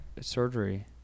surgery